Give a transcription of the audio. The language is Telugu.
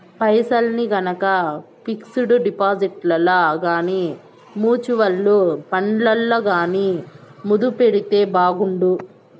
పైసల్ని గనక పిక్సుడు డిపాజిట్లల్ల గానీ, మూచువల్లు ఫండ్లల్ల గానీ మదుపెడితే బాగుండు